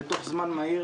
בתוך זמן מהיר,